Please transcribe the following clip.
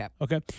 Okay